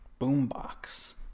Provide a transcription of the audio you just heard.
boombox